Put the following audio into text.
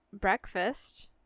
breakfast